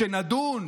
שנדון,